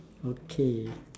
okay